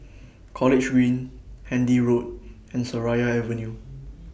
College Green Handy Road and Seraya Avenue